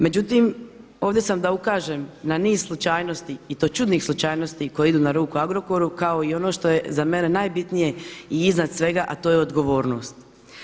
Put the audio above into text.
Međutim, ovdje sam da ukažem na niz slučajnosti i to čudnih slučajnosti koje idu na ruku Agrokoru kao i ono što je za mene najbitnije i iznad svega, a to je odgovornost.